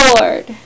Lord